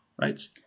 right